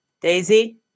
daisy